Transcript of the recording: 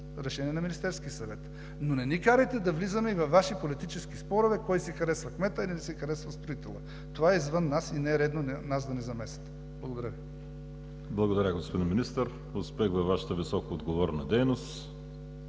решение на Министерския съвет. Но не ни карайте да влизаме и във Ваши политически спорове – кой си харесва кмета или не си харесва строителя. Това е извън нас и не е редно да ни замесвате. Благодаря Ви. ПРЕДСЕДАТЕЛ ВАЛЕРИ СИМЕОНОВ: Благодаря, господин Министър. Успех във Вашата високоотговорна дейност